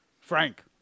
Frank